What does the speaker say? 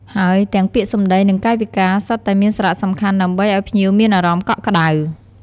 ហើយទាំងពាក្យសម្ដី និងកាយវិការសុទ្ធតែមានសារៈសំខាន់ដើម្បីឱ្យភ្ញៀវមានអារម្មណ៍កក់ក្តៅ។